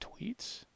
tweets